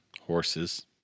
horses